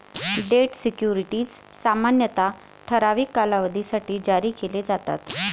date securities सामान्यतः ठराविक कालावधीसाठी जारी केले जातात